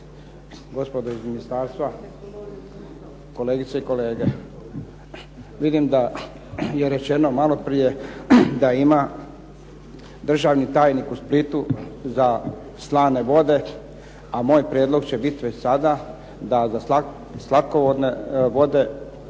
Gospodo iz ministarstva, kolegice i kolege. Vidim da je rečeno malo prije da ima državni tajnik u Splitu za slane vode, a moj prijedlog će biti već sada da za slatkovodne bude